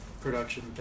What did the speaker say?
production